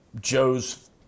Joe's